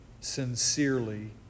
sincerely